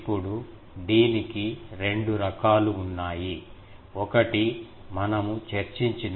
ఇప్పుడు దీనికి రెండు రకాలు ఉన్నాయి ఒకటి మనము చర్చించిన బ్రాడ్సైడ్ అర్రే